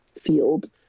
field